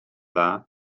dda